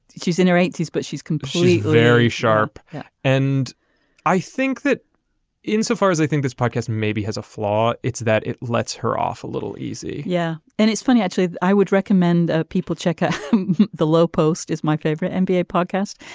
she's in her eighty s but she's complete very sharp yeah and i think that insofar as i think this podcast maybe has a flaw it's that it lets her off a little easy yeah and it's funny actually. i would recommend ah people check out the low post is my favorite and nba podcast.